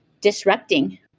disrupting